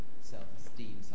self-esteem